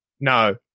no